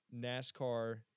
nascar